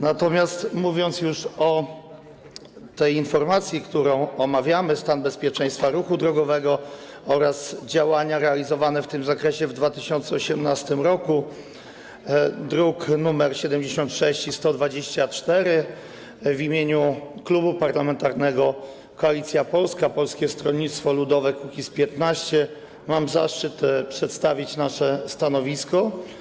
Natomiast mówiąc już o tej informacji, którą omawiamy, o informacji „Stan bezpieczeństwa ruchu drogowego oraz działania realizowane w tym zakresie w 2018 r.”, druki nr 76 i 124, w imieniu Klubu Parlamentarnego Koalicja Polska - Polskie Stronnictwo Ludowe - Kukiz15 mam zaszczyt przedstawić nasze stanowisko.